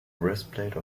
breastplate